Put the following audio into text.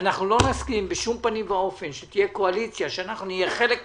אנחנו לא נסכים בשום פנים ואופן שתהיה קואליציה שאנחנו נהיה חלק ממנה,